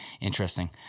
interesting